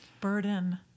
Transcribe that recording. burden